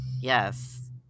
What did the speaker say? yes